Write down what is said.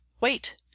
Wait